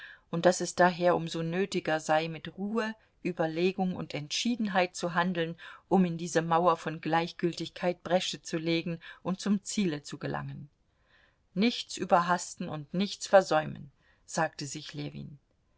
und daß es daher um so nötiger sei mit ruhe überlegung und entschiedenheit zu handeln um in diese mauer von gleichgültigkeit bresche zu legen und zum ziele zu gelangen nichts überhasten und nichts versäumen sagte sich ljewin